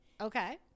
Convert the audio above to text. Okay